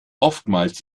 oftmals